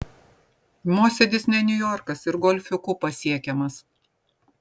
mosėdis ne niujorkas ir golfiuku pasiekiamas